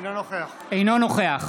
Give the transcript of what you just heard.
אינו נוכח